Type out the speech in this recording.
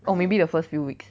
or maybe the first few weeks